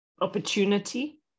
opportunity